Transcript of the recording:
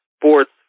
Sports